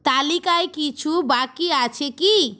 তালিকায় কিছু বাকি আছে কি